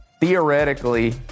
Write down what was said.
theoretically